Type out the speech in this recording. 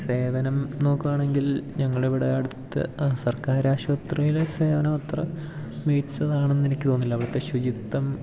സേവനം നോക്കുകയാണങ്കിൽ ഞങ്ങളിവിടെ അടുത്ത് സർക്കാർ ആശുപത്രിയിലെ സേവനമത്ര മികച്ചതാണെന്നെനിക്ക് തോന്നിയില്ല അവിടുത്തെ ശുചിത്വം